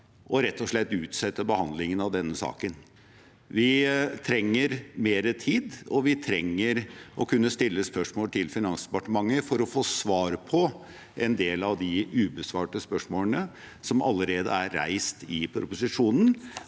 rett og slett å utsette behandlingen av denne saken. Vi trenger mer tid, og vi trenger å kunne stille spørsmål til Finansdepartementet for å få svar på en del av de ubesvarte spørsmålene som allerede er reist i proposisjonen.